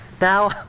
now